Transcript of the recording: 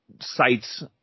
sites